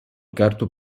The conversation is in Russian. карту